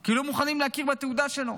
כי לא מוכנים להכיר בתעודה שלו,